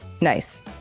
Nice